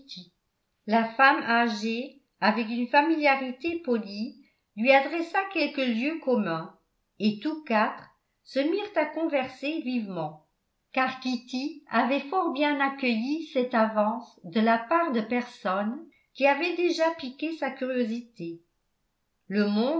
la femme âgée avec une familiarité polie lui adressa quelques lieux communs et tous quatre se mirent à converser vivement car kitty avait fort bien accueilli cette avance de la part de personnes qui avaient déjà piqué sa curiosité le monde